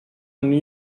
new